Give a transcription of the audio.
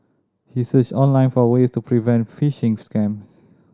he searched online for way to prevent phishing scams